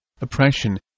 oppression